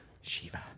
Shiva